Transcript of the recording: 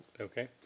Okay